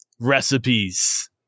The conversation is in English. recipes